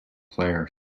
players